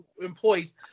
employees